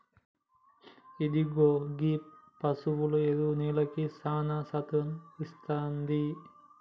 ఇగో గీ పసువుల ఎరువు నేలకి సానా సత్తువను ఇస్తాది